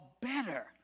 better